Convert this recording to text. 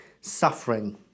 suffering